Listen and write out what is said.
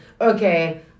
okay